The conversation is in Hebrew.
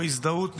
או הזדהות,